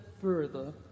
further